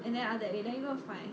and then after that wait let me go find